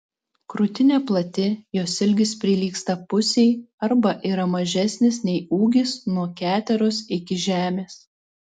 krūtinė plati jos ilgis prilygsta pusei arba yra mažesnis nei ūgis nuo keteros iki žemės